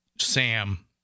Sam